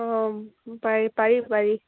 অঁ পাৰি পাৰি পাৰি